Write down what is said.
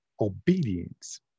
obedience